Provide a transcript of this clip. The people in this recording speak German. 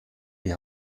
die